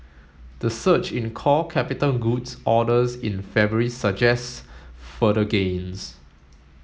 the surge in core capital goods orders in February suggests further gains